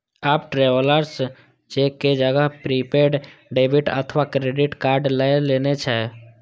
आब travellers cheque के जगह प्रीपेड डेबिट अथवा क्रेडिट कार्ड लए लेने छै